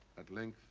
at length,